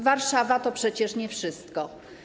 Warszawa to przecież nie wszystko.